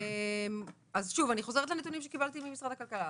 אז שוב, אני חוזרת לנתונים שקיבלתי ממשרד הכלכלה.